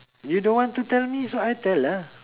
you don't wanna tell me so I tell lah